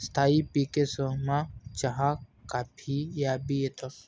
स्थायी पिकेसमा चहा काफी याबी येतंस